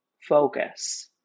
focus